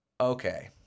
Okay